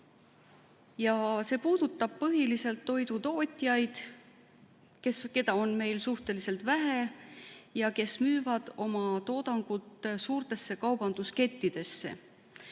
See puudutab põhiliselt toidutootjaid, keda meil on suhteliselt vähe ja kes müüvad oma toodangut suurtesse kaubanduskettidesse.